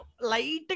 light